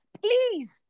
please